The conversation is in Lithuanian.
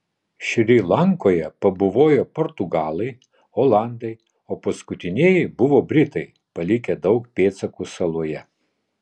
šri lankoje pabuvojo portugalai olandai o paskutinieji buvo britai palikę daug pėdsakų saloje